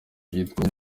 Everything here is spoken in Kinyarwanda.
iyitwa